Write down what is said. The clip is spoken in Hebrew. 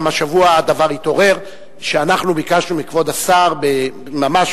גם השבוע הדבר התעורר כשאנחנו ביקשנו מכבוד השר ממש